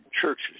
churches